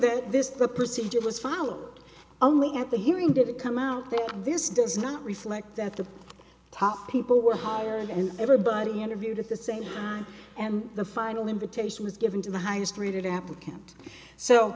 that this procedure was followed only at the hearing didn't come out that this does not reflect at the top people who were hired and everybody interviewed at the same time and the final invitation was given to the highest rated applicant so